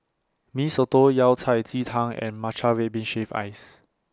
Mee Soto Yao Cai Ji Tang and Matcha Red Bean Shaved Ice